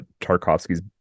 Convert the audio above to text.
Tarkovsky's